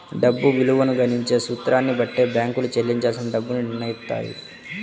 డబ్బు విలువను గణించే సూత్రాన్ని బట్టి బ్యేంకులు చెల్లించాల్సిన డబ్బుని నిర్నయిత్తాయి